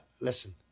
Listen